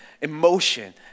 emotion